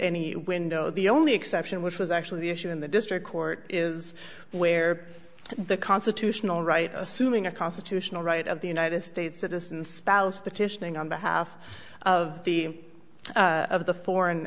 any window the only exception which was actually the issue in the district court is where the constitutional right assuming a constitutional right of the united states citizen spouse petitioning on behalf of the of the foreign